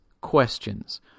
questions